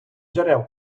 джерел